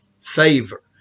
favor